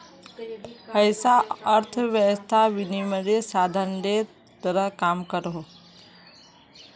पैसा अर्थवैवस्थात विनिमयेर साधानेर तरह काम करोहो